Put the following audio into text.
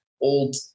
old